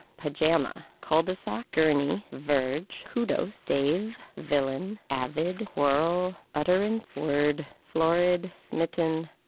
pajama. cul de sac. gurney. verge. kudos. stave. villain. avid. squirrel. utterance. word. florid. smitten.